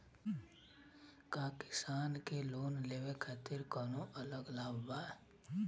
का किसान के लोन लेवे खातिर कौनो अलग लाभ बा?